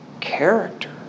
character